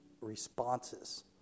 responses